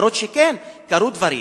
אפילו, כן, קרו דברים.